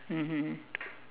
mmhmm